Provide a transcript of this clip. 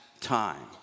time